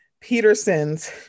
Peterson's